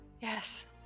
Yes